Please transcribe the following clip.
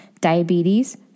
diabetes